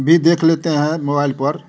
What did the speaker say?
भी देख लेते हैं मोबाइल पर